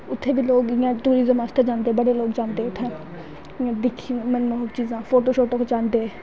उत्थें बी लोग इयां टूरिज़म आस्तै जंदे बड़े लोग जंदे उत्थैं दिखदे चीजां फोटो शोटो खचांदे